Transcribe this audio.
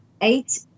Eight